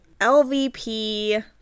LVP